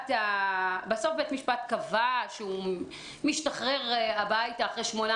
בסוף בית המשפט קבע שהוא משתחרר הביתה אחרי שמונה